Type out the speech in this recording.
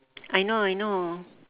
I know I know